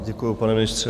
Děkuji, pane ministře.